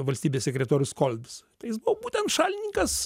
valstybės sekretorius kolbis jis buvo būtent šalininkas